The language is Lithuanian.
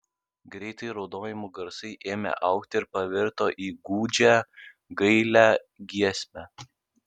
greitai raudojimų garsai ėmė augti ir pavirto į gūdžią gailią giesmę